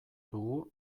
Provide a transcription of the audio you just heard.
dugu